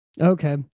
okay